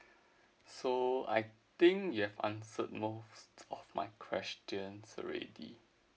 so I think you have answered most of my questions already